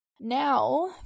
Now